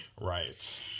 Right